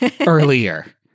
earlier